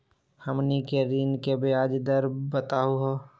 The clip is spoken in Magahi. हमनी के ऋण के ब्याज दर बताहु हो?